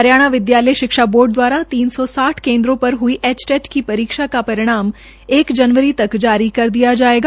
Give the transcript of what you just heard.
हरियाणा विदयालय शिक्षा बोर्ड दवारा तीन सौ साठ केन्द्रों पर हई एचटेट की परीक्षा का परिणाम एक जनवरी तक जारी दिया जायेगा